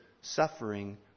suffering